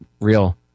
real